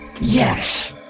Yes